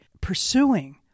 pursuing